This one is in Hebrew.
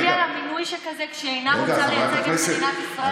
האם מגיע לה מינוי שכזה כשהיא אינה רוצה לייצג את מדינת ישראל?